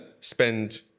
spend